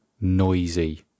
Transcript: noisy